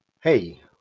hey